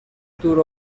دور